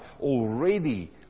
already